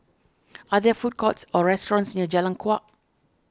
are there food courts or restaurants near Jalan Kuak